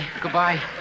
Goodbye